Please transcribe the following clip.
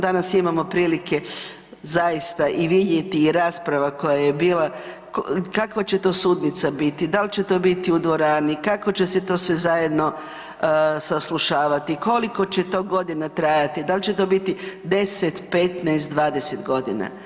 Danas imamo prilike i vidjeti i rasprava koja je bila kakva će to sudnica biti, dal će to biti u dvorani, kako će se to sve zajedno saslušavati, koliko će to godina trajati, dali će to biti 10,15, 20 godina.